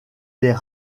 des